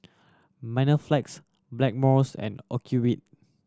Blackmores and Ocuvite